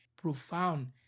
Profound